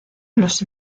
los